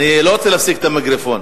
אני לא רוצה להפסיק את המיקרופון.